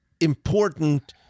important